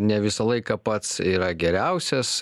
ne visą laiką pats yra geriausias